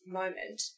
moment